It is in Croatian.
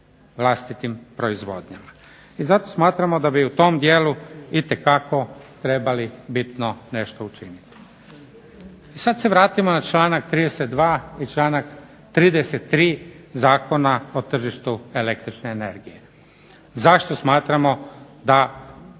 vlastitim proizvodnjama. I zato smatramo da bi u tom dijelu itekako trebali nešto bitno učiniti. Sada se vratimo na članak 32. i 33. Zakona o tržištu električne energije, zašto smatramo da